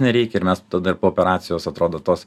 nereikia ir mes tada ir po operacijos atrodo tos